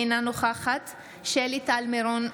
אינה נוכחת שלי טל מירון,